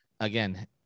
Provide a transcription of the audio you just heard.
again